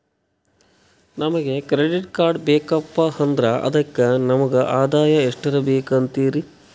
ನಮಗ credit card ಬೇಕಪ್ಪ ಅಂದ್ರ ಅದಕ್ಕ ನಮಗ ಆದಾಯ ಎಷ್ಟಿರಬಕು ಅಂತೀರಿ?